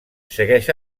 segueix